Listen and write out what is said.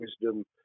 wisdom